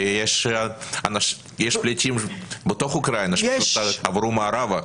כי יש פליטים בתוך אוקראינה שפשוט עברו מערבה.